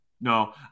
No